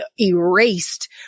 erased